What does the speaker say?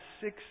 six